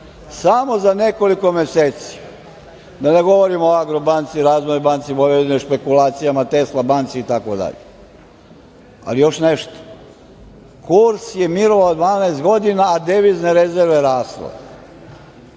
Samo za nekoliko meseci. Da ne govorim o „Agrobanci“, Razvojnoj banci Vojvodine i špekulacijama, „Tesla banci“ itd. Još nešto, kurs je mirovao 12 godina, a devizne rezerve rasle.